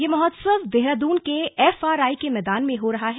यह महोत्सव देहरादून के एफ आर आई के मैदान में हो रहा है